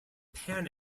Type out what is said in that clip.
pan